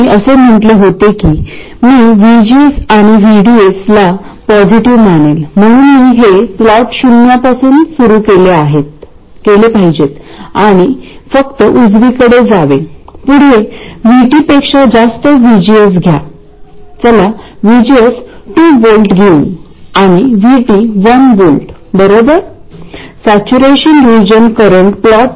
मी असे सुचवितो की तुम्ही ते स्वतःच कॅल्क्युलेट करा आणि नंतर माझ्याकडे असलेल्या व्होल्टेज सोबत त्याची तुलना करा